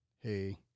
hey